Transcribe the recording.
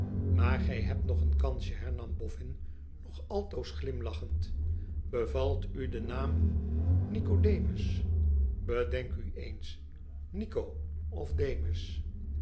imaar gij hebt nog een kansje hernam boffin nog altoos glimlachend bevalt u de naam nicodemus bedenk u eens nico of demus